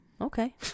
Okay